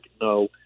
No